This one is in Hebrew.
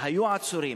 היו עצורים.